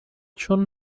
چون